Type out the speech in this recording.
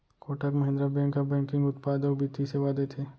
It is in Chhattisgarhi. कोटक महिंद्रा बेंक ह बैंकिंग उत्पाद अउ बित्तीय सेवा देथे